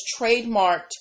trademarked